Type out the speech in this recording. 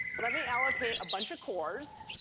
let me allocate a bunch of cores.